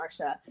Marsha